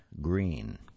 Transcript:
Green